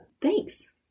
Thanks